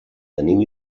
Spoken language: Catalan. tenim